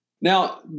Now